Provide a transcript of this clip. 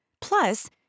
Plus